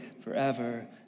forever